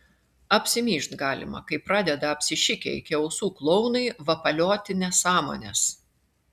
apsimyžt galima kai pradeda apsišikę iki ausų klounai vapalioti nesąmones